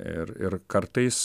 ir ir kartais